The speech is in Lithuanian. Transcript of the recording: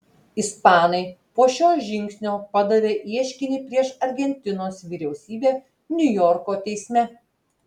ispanai po šio žingsnio padavė ieškinį prieš argentinos vyriausybę niujorko teisme